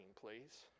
please